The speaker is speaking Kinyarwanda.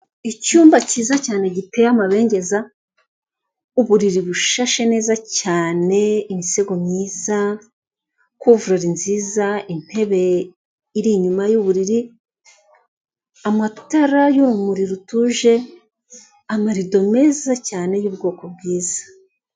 Icyumba kiza cyane giteye amabengeza, uburiri bushashe neza cyane, imisego myiza, kuvurure nziza, intebe iri inyuma y'uburiri, amatara y'urumuri rutuje, amarido meza cyane y'ubwoko bwiza.